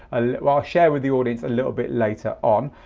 i'll share with the audience a little bit later on.